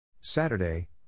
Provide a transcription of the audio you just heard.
Saturday